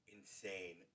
insane